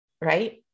Right